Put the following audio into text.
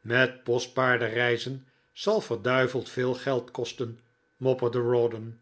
met postpaarden reizen zal verduiveld veel geld kosten mopperde rawdon